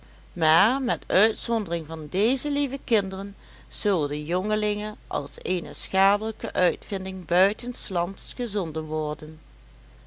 maar met uitzondering van deze lieve kinderen zullen de jongelingen als eene schadelijke uitvinding buiten s lands gezonden worden